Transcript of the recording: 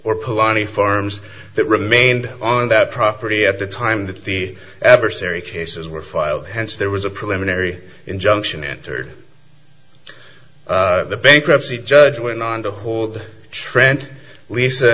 polani farms that remained on that property at the time that the adversary cases were filed hence there was a preliminary injunction entered the bankruptcy judge went on to hold trent lisa